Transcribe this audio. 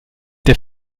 der